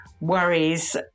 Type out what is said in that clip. worries